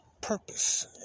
purpose